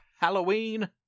Halloween